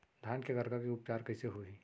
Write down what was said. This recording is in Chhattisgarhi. धान के करगा के उपचार कइसे होही?